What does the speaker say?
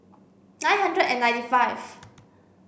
nine hundred and ninety five